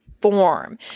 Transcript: form